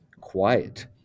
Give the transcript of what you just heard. quiet